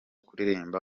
kuririmba